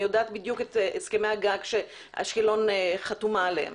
יודעת על הסכמי הגג שאשקלון חתומה עליהם